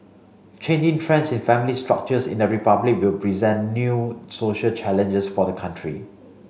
changing trends in family structures in the Republic they present new social challenges for the country